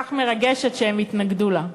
היא כל כך מרגשת שהם התנגדו לה.